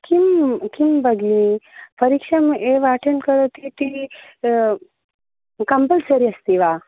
किं किं भगिनी परीक्षाम् एव अटेन्ड् करोतीति कम्पल्सरि अस्ति वा